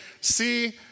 see